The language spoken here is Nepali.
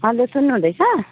हेलो सुन्नुहुँदैछ